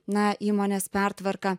na įmonės pertvarką